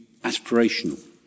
aspirational